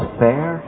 fair